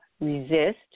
Resist